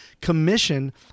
commission